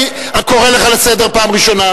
אני קורא אותך לסדר פעם ראשונה.